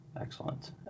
Excellent